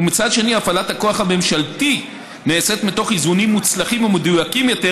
ומצד שני הפעלת הכוח הממשלתי נעשית מתוך איזונים מוצלחים ומדויקים יותר,